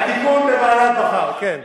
התיקון בוועדת-בכר, כן.